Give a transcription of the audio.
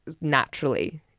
naturally